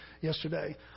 yesterday